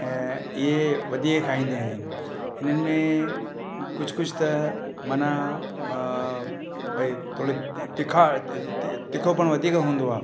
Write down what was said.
ऐं इहे वधीक खाईंदा आहिनि इन्हनि में कुझु कुझु त माना भई थोरे तिखा तिखोपण वधीक हूंदो आहे